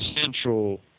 central